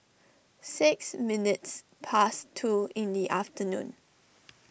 six minutes past two in the afternoon